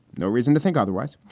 no reason to think otherwise.